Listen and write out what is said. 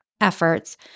efforts